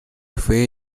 fue